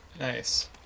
nice